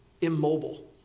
immobile